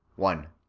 one.